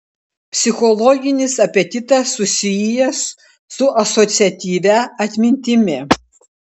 psichologinis apetitas susijęs su asociatyvia atmintimi